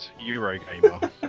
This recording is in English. Eurogamer